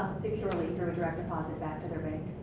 securely through a direct deposit back to their bank.